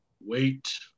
Wait